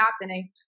happening